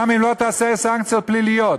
גם אם לא תעשה סנקציות פליליות.